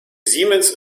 siemens